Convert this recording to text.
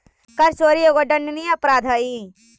कर चोरी एगो दंडनीय अपराध हई